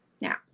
Now